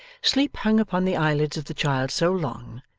sleep hung upon the eyelids of the child so long,